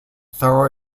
thorough